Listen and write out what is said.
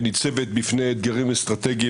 שניצבת בפני אתגרים אסטרטגיים,